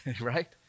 right